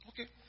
Okay